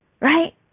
right